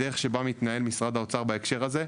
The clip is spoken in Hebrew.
הדרך שבה מתנהל משרד האוצר בהקשר הזה,